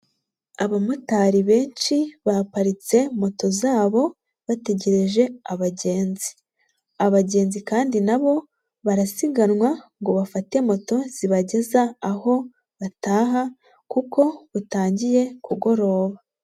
Abamotari benshi baparitse moto zabo, bategereje abagenzi. Abagenzi kandi na bo barasiganwa ngo bafate moto zibageza aho bataha kuko butangiye kugoroba.